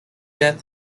death